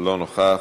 לא נוכח,